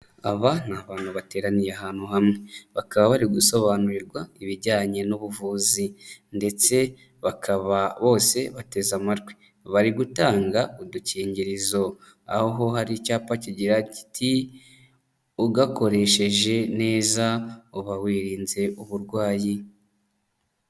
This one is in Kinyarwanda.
Aba ni abantu bateraniye ahantu hamwe, bakaba bari gusobanurirwa ibijyanye n'ubuvuzi ndetse bakaba bose bateze amatwi, bari gutanga udukingirizo aho hari icyapa kigira kiti: <<kugakoresheje neza uba wirinze uburwayi>>.